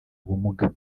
ubumuga